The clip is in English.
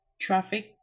traffic